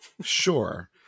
Sure